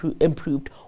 improved